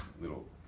little